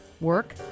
work